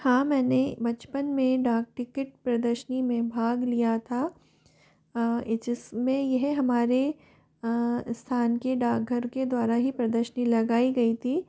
हाँ मैंने बचपन में डाक टिकट प्रदर्शनी में भाग लिया था जिसमें यह हमारे स्थान के डाक घर के द्वारा ही प्रदर्शनी लगाई गई थी